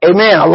Amen